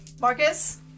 Marcus